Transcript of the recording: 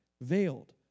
Veiled